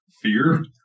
fear